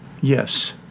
yes